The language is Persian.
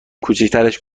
کوچیکترش